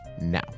now